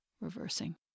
reversing